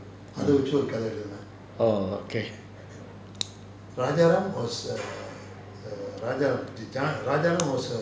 orh okay